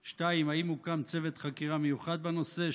2. האם הוקם צוות חקירה מיוחד בנושא?